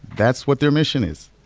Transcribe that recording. that's what their mission is.